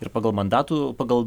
ir pagal mandatų pagal